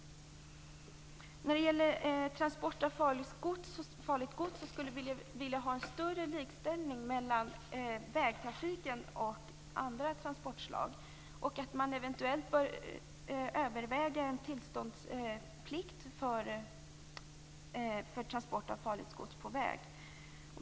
När det gäller transport av farligt gods skulle vi vilja ha en större likställighet mellan vägtrafiken och andra transportslag. Man bör eventuellt överväga en tillståndsplikt för transport av farligt gods på väg.